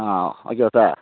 ஆ ஓகேவா சார்